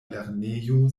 lernejo